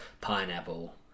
pineapple